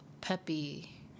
peppy